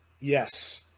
Yes